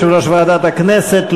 יושב-ראש ועדת הכנסת,